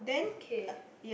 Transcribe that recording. okay